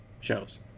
shows